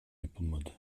yapılmadı